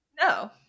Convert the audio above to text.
No